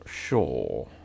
sure